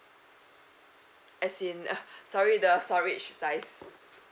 as in uh sorry the storage size